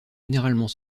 généralement